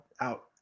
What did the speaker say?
out